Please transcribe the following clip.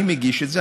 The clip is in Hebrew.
אני מגיש את זה,